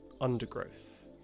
undergrowth